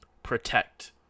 protect